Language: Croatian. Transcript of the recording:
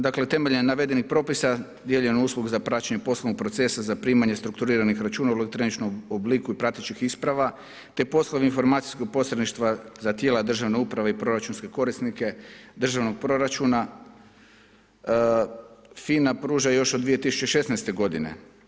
Dakle, temeljem navedenih propisa … usluga za praćenje poslovnog procesa za primanje strukturiranih računa u elektroničnom obliku i pratećih isprava te poslovi informacijskog posredništva za tijela državne uprave i proračunske korisnike državnog proračuna FINA pruža još od 2016. godine.